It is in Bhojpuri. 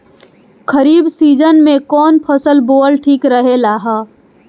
खरीफ़ सीजन में कौन फसल बोअल ठिक रहेला ह?